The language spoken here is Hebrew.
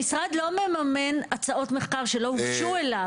המשרד לא מממן הצעות מחקר שלא הוגשו אליו.